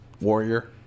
Warrior